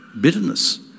bitterness